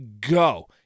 go